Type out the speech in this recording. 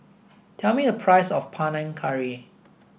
tell me the price of Panang Curry